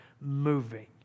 moving